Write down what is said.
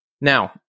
Now